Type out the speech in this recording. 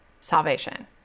salvation